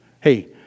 Hey